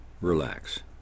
relax